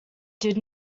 did